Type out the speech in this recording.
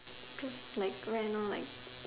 cause like grand one like